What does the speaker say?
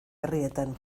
herrietan